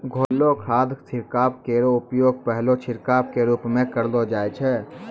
घोललो खाद छिड़काव केरो उपयोग पहलो छिड़काव क रूप म करलो जाय छै